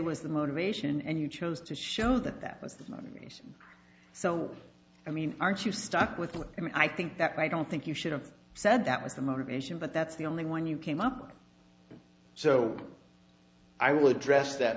was the motivation and you chose to show that that was the motivation so i mean aren't you stuck with what i mean i think that i don't think you should've said that was the motivation but that's the only one you came up with so i will address that